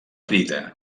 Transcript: crida